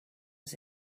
was